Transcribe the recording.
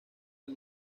del